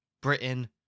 Britain